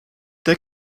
der